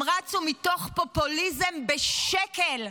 הם רצו מתוך פופוליזם בשקל.